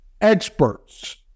experts